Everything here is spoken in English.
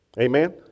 amen